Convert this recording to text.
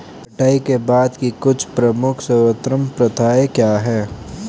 कटाई के बाद की कुछ प्रमुख सर्वोत्तम प्रथाएं क्या हैं?